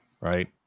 Right